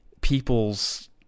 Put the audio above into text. people's